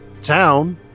town